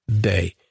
day